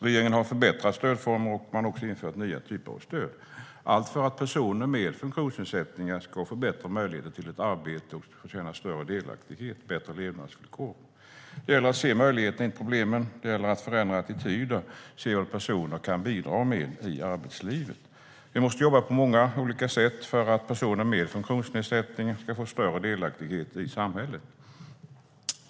Regeringen har förbättrat stödformer och infört nya typer av stöd för att personer med funktionsnedsättningar ska få bättre möjligheter att få ett arbete, känna större delaktighet och få bättre levnadsvillkor. Det gäller att se möjligheterna, inte problemen. Det gäller att förändra attityder och se vad personer kan bidra med i arbetslivet. Vi måste jobba på många olika sätt för att personer med funktionsnedsättningar ska känna större delaktighet i samhället.